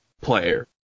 player